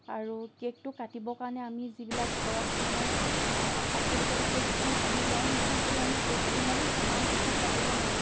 আৰু কেকটো কাটিবৰ কাৰণে আমি যিবিলাক ঘৰত মানে পাচলি কাটিবলৈ যিখন চুৰি লওঁ সেইখন চুৰি আমি কেকটো মানে সমান জোখত কাটিব নোৱাৰোঁ